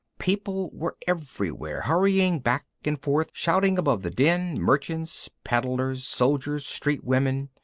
people were everywhere, hurrying back and forth, shouting above the din, merchants, peddlers, soldiers, street women.